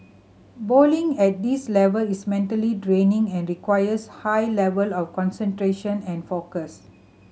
bowling at this level is mentally draining and requires high level of concentration and focus